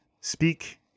speak